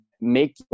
make